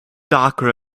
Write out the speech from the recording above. darker